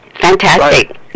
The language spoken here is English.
fantastic